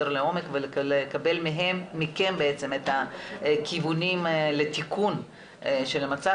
לעומק ולקבל מכם את הכיוונים לתיקון של המצב,